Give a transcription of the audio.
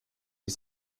ist